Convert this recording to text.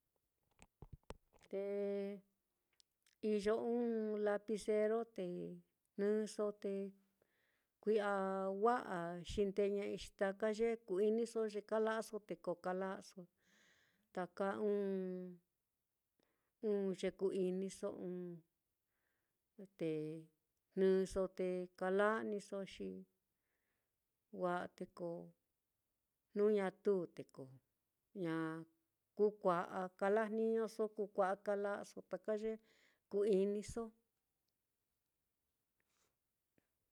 Te iyo ɨ́ɨ́n lapicero, te jnɨso, te kui'a wa'a xindeña'ai, xi taka ye ku-iniso ye kala'aso, te ko kala'aso, taka ɨ́ɨ́n ɨ́ɨ́n ye ku-iniso, ɨ́ɨ́n te jnɨso te kala'a níso xi wa'a, te ko jnu ñatu te ko ña kú kua'a kalajniñoso, kú kua'a kala'aso ta ye ku-iniso.